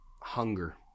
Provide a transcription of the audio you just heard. Hunger